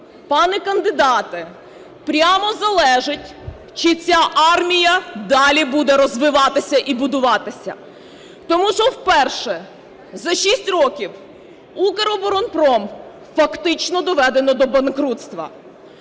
пане кандидате, прямо залежить, чи ця армія далі буде розвиватися і будуватися. Тому що вперше за 6 років Укроборонпром фактично доведено до банкрутства.